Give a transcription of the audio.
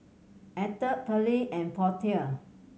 Atha Pearle and Portia